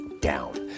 down